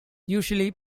usually